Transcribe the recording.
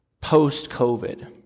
post-COVID